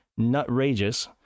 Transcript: Nutrageous